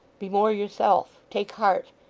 be more yourself. take heart.